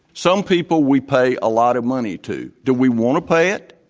some people we pay a lot of money to. do we want to pay it?